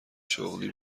شغلی